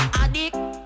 addict